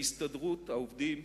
ההסתדרות, העובדים,